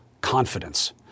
confidence